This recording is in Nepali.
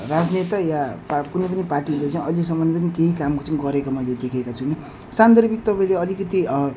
राजनेता वा पा कुनै पनि पार्टीले चाहिँ अहिलेसम्म पनि केही काम चाहिँ गरेको मैले देखेको छुइनँ सान्दर्भिक तपाईँको अलिकति